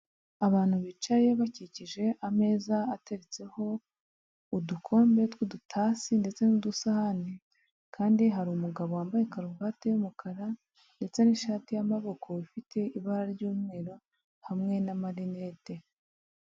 Abantu bicaye bakikije ameza ateretseho udukombe tw'udutasi ndetse n'udusahani, kandi hari umugabo wambaye karuvati y'umukara ndetse n'ishati y'amavuko ifite ibara ry'umweru hamwe n'amarinete.